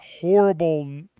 horrible